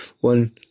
one